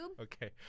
Okay